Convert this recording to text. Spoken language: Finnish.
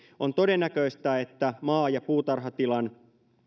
on todennäköistä että maa ja puutarhatilat